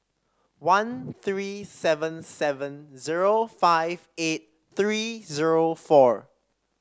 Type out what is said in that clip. one three seven seven zero five eight three zero four